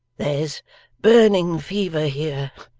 there's burning fever here,